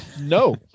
No